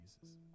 Jesus